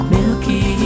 Milky